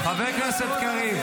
אלפים בחודש ------ חבר הכנסת קריב,